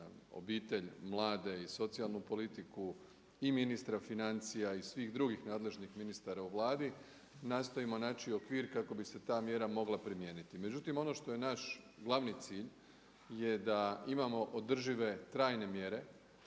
obitelj, mlade i socijalnu politiku i ministra financija i svih drugih nadležnih ministara u Vladi nastojimo naći okvir kako bi se ta mjera mogla primijeniti. Međutim, ono što je naš glavni cilj je da imamo održive trajne mjere